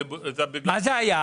מה זה היה?